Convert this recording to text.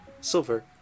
Silver